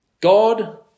God